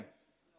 כן.